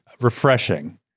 refreshing